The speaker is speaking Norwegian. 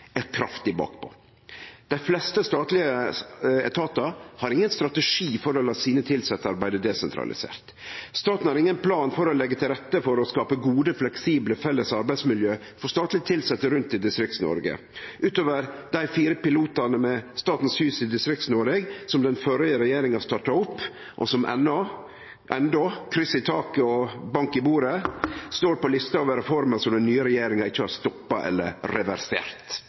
kraftig bakpå. Dei fleste statlege etatar har ingen strategi for å la sine tilsette arbeide desentralisert. Staten har ingen plan for å leggje til rette for å skape gode, fleksible felles arbeidsmiljø for statleg tilsette rundt i Distrikts-Noreg, utover dei fire pilotane med Statens hus i Distrikts-Noreg, som den førre regjeringa starta opp, og som endå – kryss i taket og bank i bordet – står på lista over reformer den nye regjeringa ikkje har stoppa eller reversert